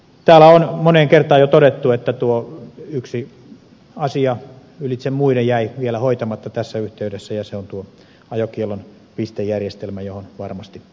täällä on moneen kertaan jo todettu että tuo yksi asia ylitse muiden jäi vielä hoitamatta tässä yhteydessä ja se on ajokiellon pistejärjestelmä johon varmasti palataan